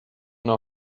know